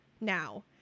now